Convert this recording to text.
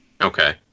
Okay